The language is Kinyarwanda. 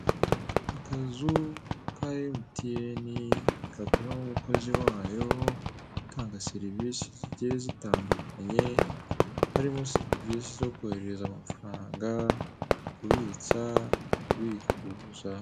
Akazu ka emutiyene gokoramo umukozi wabo utanga seivise zigiye zitandukanye, harimo zerivise zo kohereza amafaranga kubitsa no kubikuza.